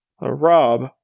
Rob